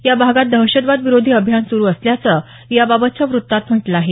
या भागात दहशतवाद विरोधी अभियान सुरु असल्याचं याबाबातच्या वृत्तात म्हटलं आहे